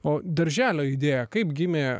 o darželio idėją kaip gimė